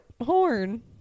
horn